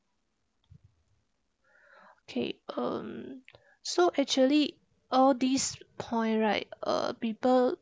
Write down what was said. K um so actually all this point right uh people